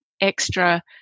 extra